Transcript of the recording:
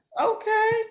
okay